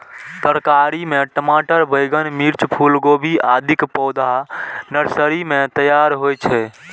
तरकारी मे टमाटर, बैंगन, मिर्च, फूलगोभी, आदिक पौधा नर्सरी मे तैयार होइ छै